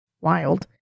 wild